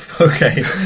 Okay